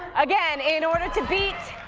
again in order to beat.